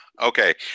okay